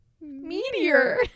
Meteor